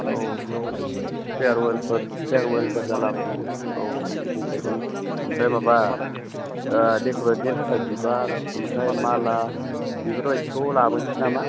औ बेयाव फेयारवेलफोर फेयारवेलफोर जालाबायोना औ औ बे रिटायार्डनि ओमफ्राय माबा डेक'रेटनि थाखाय बिबार ओमफ्राय माला बिफोरबायदिखौ लाबोनोसै नामा